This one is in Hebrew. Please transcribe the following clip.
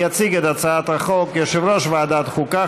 יציג את הצעת החוק יושב-ראש ועדת החוקה,